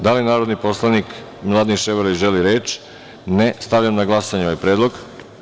Da li narodni poslanik Miladin Ševarlić želi reč? (Ne.) Stavljam na glasanje ovaj predlog.